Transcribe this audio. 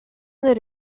nel